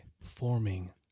forming